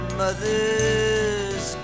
mother's